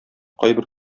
кайбер